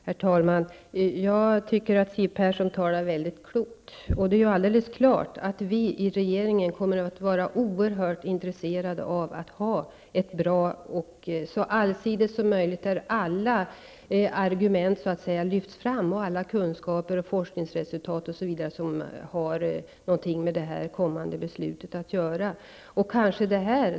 Herr talman! Jag tycker att Siw Persson talar mycket klokt. Det är klart att vi i regeringen kommer att vara oerhört intresserade av att få ett så allsidigt och bra underlag som möjligt där alla argument, kunskaper och forskningsresultat som har något med det kommande beslutet att göra lyfts fram.